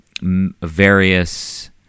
various